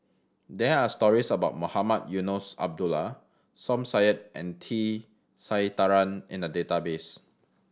there are stories about Mohamed Eunos Abdullah Som Said and T Sasitharan in the database